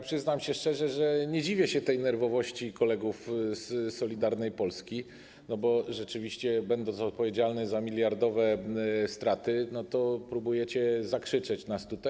Przyznam się szczerze, że nie dziwię się tej nerwowości kolegów z Solidarnej Polski, bo rzeczywiście będąc odpowiedzialnym za miliardowe straty, próbujecie zakrzyczeć nas tutaj.